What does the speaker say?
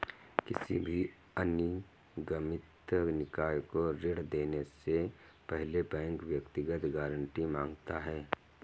किसी भी अनिगमित निकाय को ऋण देने से पहले बैंक व्यक्तिगत गारंटी माँगता है